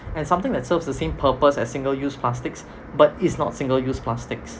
and something that serves the same purpose as single use plastics but it's not single use plastics